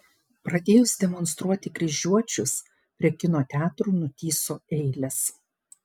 pradėjus demonstruoti kryžiuočius prie kino teatrų nutįso eilės